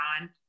on